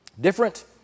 Different